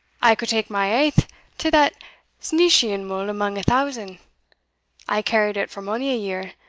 i could take my aith to that sneeshing-mull amang a thousand i carried it for mony a year,